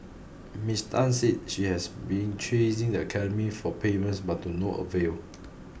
Miss Tan said she has been chasing the academy for payments but to no avail